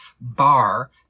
bar